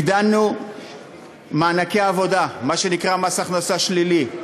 הגדלנו מענקי עבודה, מה שנקרא מס הכנסה שלילי,